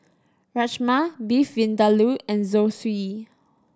Rajma Beef Vindaloo and Zosui